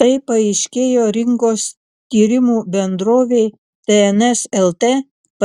tai paaiškėjo rinkos tyrimų bendrovei tns lt